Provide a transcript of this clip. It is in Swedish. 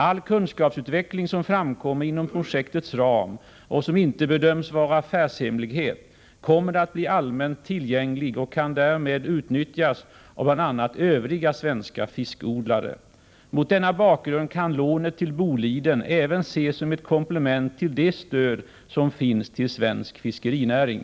All kunskapsutveckling som framkommer inom projektets ram, och som inte bedöms vara affärshemlighet, kommer att bli allmänt tillgänglig och kan därmed utnyttjas av bl.a. övriga svenska fiskodlare. Mot denna bakgrund kan lånet till Boliden även ses som ett komplement till de stöd som finns till svensk fiskerinäring.